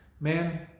Man